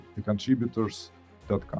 thecontributors.com